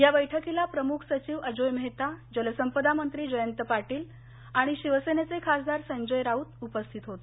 या बैठकीला प्रमुख सचिव अजोय मेहता जलसंपदा मंत्री जयंत पाटील आणि शिवसेनेचे खासदार संजय राऊत उपस्थित होते